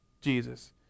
Jesus